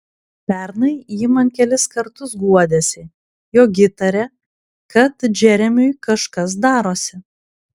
pernai ji man kelis kartus guodėsi jog įtaria kad džeremiui kažkas darosi